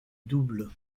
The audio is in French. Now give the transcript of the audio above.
double